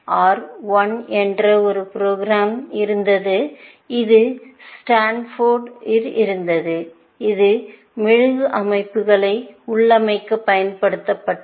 R 1 என்று ஒரு program இருந்தது இது ஸ்டான்போர்டிலும் இருந்தது இது மெழுகு அமைப்புகளை உள்ளமைக்க பயன்படுத்தப்பட்டது